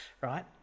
right